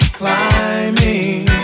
climbing